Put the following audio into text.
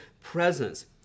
presence